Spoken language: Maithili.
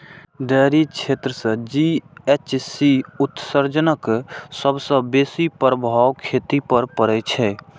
डेयरी क्षेत्र सं जी.एच.सी उत्सर्जनक सबसं बेसी प्रभाव खेती पर पड़ै छै